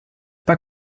pas